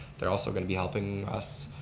they're also going to be helping us.